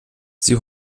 sie